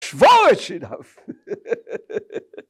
שבור את שיניו!